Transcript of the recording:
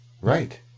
Right